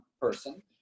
person